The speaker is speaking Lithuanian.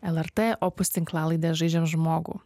lrt opus tinklalaidė žaidžiam žmogų